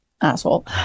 asshole